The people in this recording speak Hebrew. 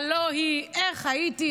הלוא היא "איך הייתי,